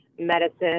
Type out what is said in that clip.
medicine